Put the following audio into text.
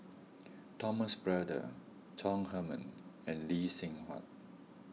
Thomas Braddell Chong Heman and Lee Seng Huat